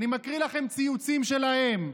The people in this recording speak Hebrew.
אני מקריא לכם ציוצים שלהם,